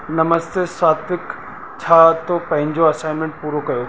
नमस्ते सात्विक छा तव्हां पंहिंजो असाइनमेंट पूरो कयो